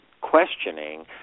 questioning